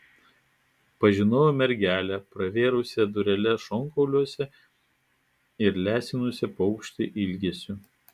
pažinojau mergelę pravėrusią dureles šonkauliuose ir lesinusią paukštį ilgesiu